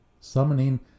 Summoning